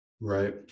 right